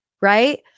right